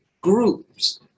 groups